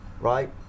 Right